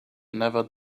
never